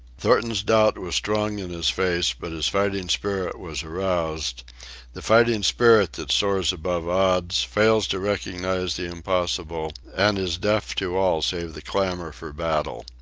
thornton's doubt was strong in his face, but his fighting spirit was aroused the fighting spirit that soars above odds, fails to recognize the impossible, and is deaf to all save the clamor for battle.